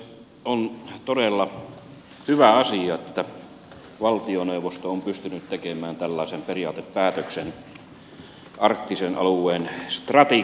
on todella hyvä asia että valtioneuvosto on pystynyt tekemään tällaisen periaatepäätöksen arktisen alueen strategiasta